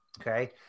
okay